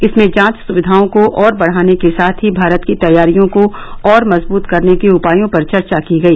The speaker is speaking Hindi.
इसमें जांच सुविधाओं को और बढ़ाने के साथ ही भारत की तैयारियों को और मजबूत करने के उपायों पर चर्चा की गई